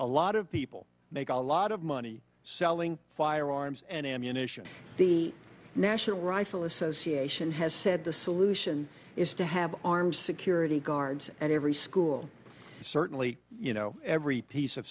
a lot of people make a lot of money selling firearms and ammunition the national rifle association has said the solution is to have armed security guards at every school certainly you know every piece of